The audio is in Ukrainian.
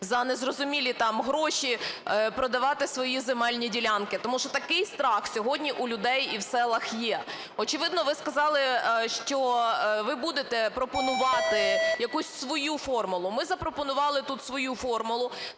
за незрозумілі гроші продавати свої земельні ділянки. Тому що такий страх сьогодні у людей і в селах є. Очевидно, ви сказали, що ви будете пропонувати якусь свою формулу. Ми запропонували тут свою формулу.